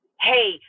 hey